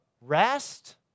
rest